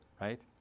right